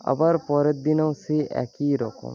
আবার পরের দিনও সেই একই রকম